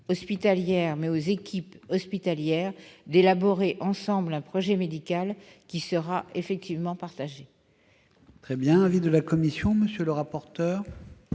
mais aux équipes hospitalières, d'élaborer ensemble un projet médical qui sera effectivement partagé. Quel est l'avis de la commission ? Le code